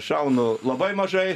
šaunu labai mažai